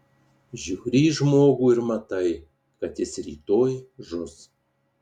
žiūri į žmogų ir matai kad jis rytoj žus